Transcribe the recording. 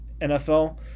NFL